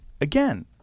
again